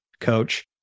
coach